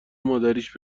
مادریاش